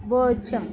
భోజం